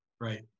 right